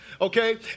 Okay